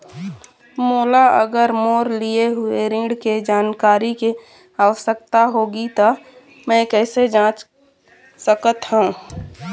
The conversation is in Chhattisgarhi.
मोला अगर मोर लिए हुए ऋण के जानकारी के आवश्यकता होगी त मैं कैसे जांच सकत हव?